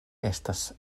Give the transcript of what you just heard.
estas